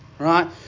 Right